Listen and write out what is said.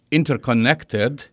interconnected